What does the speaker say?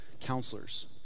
counselors